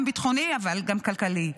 גם ביטחוני אבל גם כלכלי.